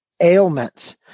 ailments